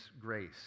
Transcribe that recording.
grace